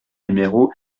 numéro